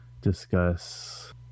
discuss